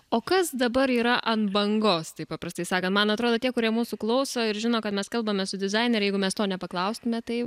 o kas dabar yra ant bangos taip paprastai sakant man atrodo tie kurie mūsų klauso ir žino kad mes kalbame su dizainere jeigu mes to nepaklaustume tai jau